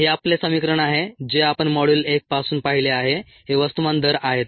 हे आपले समीकरण आहे जे आपण मॉड्यूल 1 पासून पाहिले आहे हे वस्तुमान दर आहेत